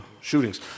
shootings